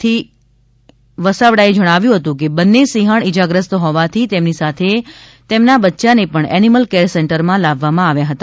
થી વસાવડાએ જણાવ્યું કે બંને સિંહણ ઇજાગ્રસ્ત હોવાથી તેમની સાથે તેમના બચ્યાને પણ એનીમલ કેર સેન્ટરમાં લાવવામાં આવી હતા